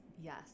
yes